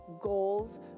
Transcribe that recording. goals